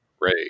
Ray